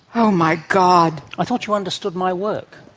oh, my god! i thought you understood my work.